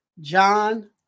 John